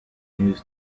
news